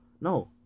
No